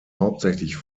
hauptsächlich